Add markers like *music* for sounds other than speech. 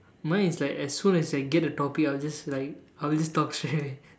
mine is like as soon I get the topic I would just like I will just talk straightaway *laughs*